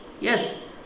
Yes